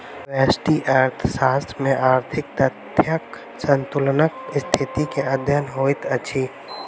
व्यष्टि अर्थशास्त्र में आर्थिक तथ्यक संतुलनक स्थिति के अध्ययन होइत अछि